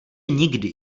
nikdy